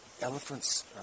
elephants